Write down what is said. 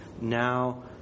Now